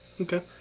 Okay